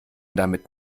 damit